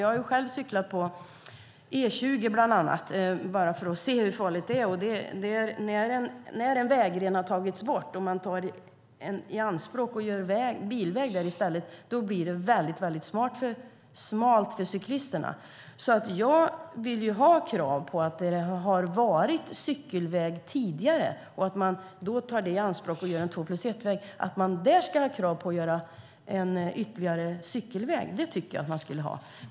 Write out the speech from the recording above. Jag har själv cyklat på E20, bland annat, bara för att se hur farligt det är. När en vägren har tagits bort och man gör bilväg där i stället blir det väldigt smalt för cyklisterna. Jag vill ha krav där det har varit cykelväg tidigare. Om man tar det i anspråk och gör en två-plus-ett-väg vill jag att det ska vara krav på att man gör en ytterligare cykelväg. Så tycker jag att det skulle vara.